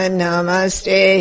namaste